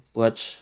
watch